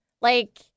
Like-